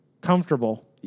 comfortable